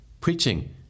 preaching